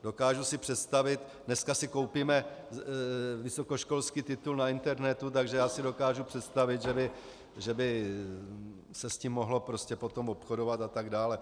Dokážu si představit dneska si koupíme vysokoškolský titul na internetu, takže já si dokážu představit, že by se s tím mohlo prostě potom obchodovat atd.